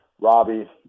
Robbie